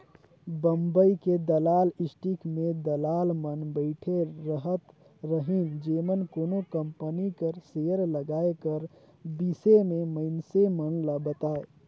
बंबई के दलाल स्टीक में दलाल मन बइठे रहत रहिन जेमन कोनो कंपनी कर सेयर लगाए कर बिसे में मइनसे मन ल बतांए